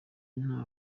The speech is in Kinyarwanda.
nta